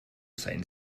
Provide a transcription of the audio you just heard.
seien